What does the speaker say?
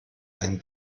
einen